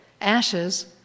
Ashes